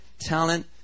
Talent